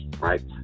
right